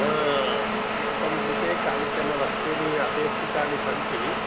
अस्माकं कृते कानिचन वस्तूनि अपेक्षितानि सन्ति